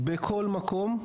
בכל מקום,